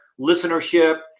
listenership